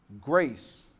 grace